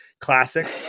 Classic